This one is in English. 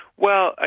well, ah